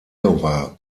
iowa